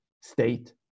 state